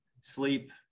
sleep